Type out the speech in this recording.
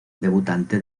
debutante